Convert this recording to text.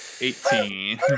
Eighteen